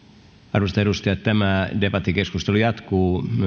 arvoisat edustajat tämä debattikeskustelu jatkuu